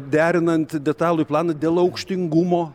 derinant detalųjį planą dėl aukštingumo